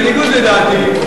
בניגוד לדעתי,